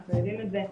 אנחנו יודעים את זה,